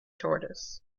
tortoise